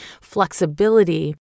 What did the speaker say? flexibility